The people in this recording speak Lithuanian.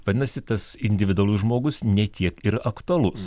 vadinasi tas individualus žmogus ne tiek ir aktualus